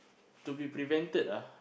to be prevented ah